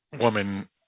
woman